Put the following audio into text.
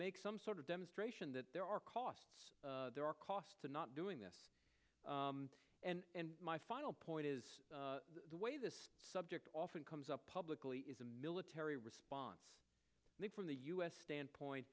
make some sort of demonstration that there are costs there are costs to not doing this and my final point is the way this subject often comes up publicly is a military response from the u s standpoint